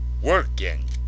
working